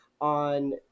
on